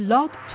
Love